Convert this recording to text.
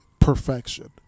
perfection